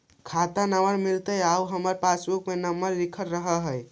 खाता नंबर भी मिलतै आउ हमरा पासबुक में नंबर लिखल रह है?